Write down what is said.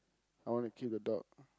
I wanna keep the dog